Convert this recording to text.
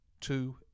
two